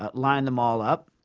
but lined them all up,